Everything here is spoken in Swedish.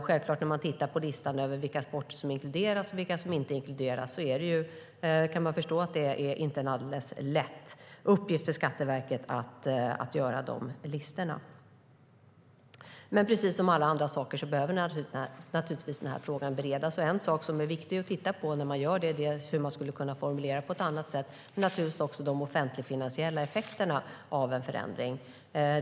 När man tittar på listan över vilka sporter som inkluderas och vilka som inte inkluderas kan man förstå att det inte är någon alldeles lätt uppgift för Skatteverket att göra den listan. Men precis som alla andra saker behöver naturligtvis den här frågan beredas. En sak som är viktig att titta på när man gör det är hur man skulle kunna formulera det på ett annat sätt, samt naturligtvis de offentligfinansiella effekterna av en förändring.